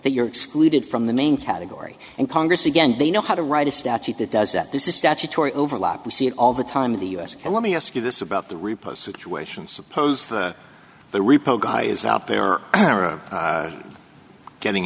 that you're excluded from the main category and congress again they know how to write a statute that does that this is statutory overlap you see it all the time in the us and let me ask you this about the repo situation suppose the repo guy is out there or ira getting